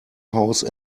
house